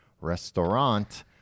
restaurant-